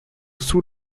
sous